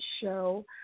show